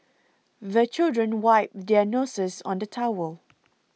the children wipe their noses on the towel